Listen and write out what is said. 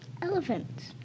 Elephants